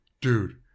Dude